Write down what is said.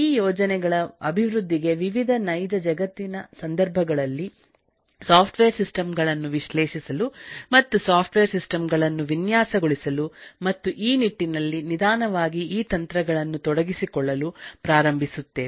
ಈ ಯೋಜನೆಗಳ ಅಭಿವೃದ್ಧಿಗೆ ವಿವಿಧನೈಜ ಜಗತ್ತಿನಸಂದರ್ಭಗಳಲ್ಲಿ ಸಾಫ್ಟ್ವೇರ್ ಸಿಸ್ಟಮ್ ಗಳನ್ನು ವಿಶ್ಲೇಷಿಸಲು ಮತ್ತು ಸಾಫ್ಟ್ವೇರ್ ಸಿಸ್ಟಮ್ ಗಳನ್ನು ವಿನ್ಯಾಸಗೊಳಿಸಲು ಮತ್ತು ಈ ನಿಟ್ಟಿನಲ್ಲಿನಿಧಾನವಾಗಿ ಈ ತಂತ್ರಗಳನ್ನು ತೊಡಗಿಸಿಕೊಳ್ಳಲು ಪ್ರಾರಂಭಿಸುತ್ತೇವೆ